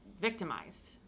victimized